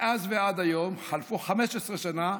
מאז ועד היום חלפו 15 שנה,